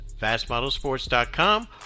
fastmodelsports.com